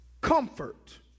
comfort